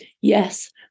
yes